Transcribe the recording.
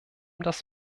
das